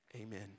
Amen